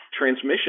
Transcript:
transmission